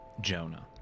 Jonah